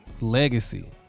legacy